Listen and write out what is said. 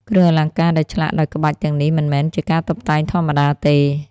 គ្រឿងអលង្ការដែលឆ្លាក់ដោយក្បាច់ទាំងនេះមិនមែនជាការតុបតែងធម្មតាទេ។